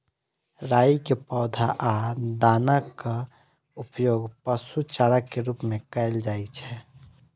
राइ के पौधा आ दानाक उपयोग पशु चारा के रूप मे कैल जाइ छै